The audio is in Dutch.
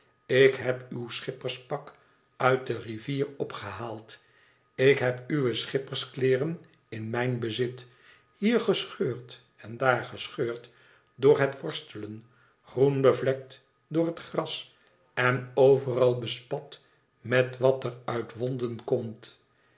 ik heb uw schipperspak uit de rivier opgehaald ik heb uwe schipperskleeren in mijn bezit hier gescheurd en év gescheurd door het worstelen groen bevlekt door het gras en overal bespat met wat eruit wonden komt